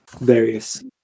various